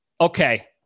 Okay